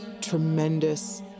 tremendous